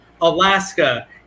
Alaska